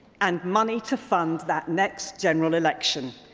and money to fund that next general election.